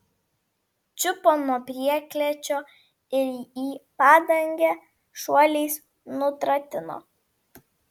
čiupo nuo prieklėčio ir į padangę šuoliais nutratino